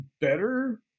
better